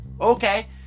okay